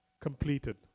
completed